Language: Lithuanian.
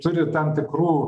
turi tam tikrų